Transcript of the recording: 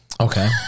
Okay